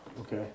Okay